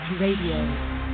Radio